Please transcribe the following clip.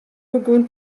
begûn